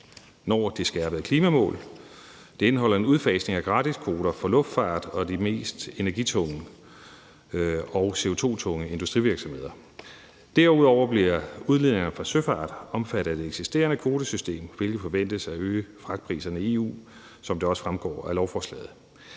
når det skærpede klimamål – og det indeholder en udfasning af gratiskvoter for luftfarten og de mest energitunge og CO2-tunge industrivirksomheder. Derudover bliver udledningerne fra søfarten omfattet af det eksisterende kvotesystem, hvilket forventes at øge fragtpriserne i EU, som det også fremgår af lovforslaget.